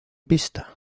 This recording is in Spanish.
pista